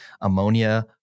ammonia